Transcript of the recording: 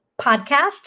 podcast